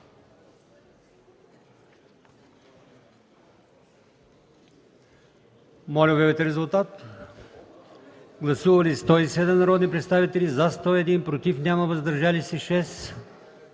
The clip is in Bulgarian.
Моля, обявете резултата! Гласували 90 народни представители: за 73, против няма, въздържали се 17.